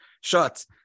short